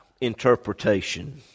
interpretation